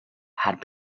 had